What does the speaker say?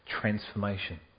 transformation